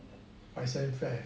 five cent fare